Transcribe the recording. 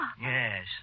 Yes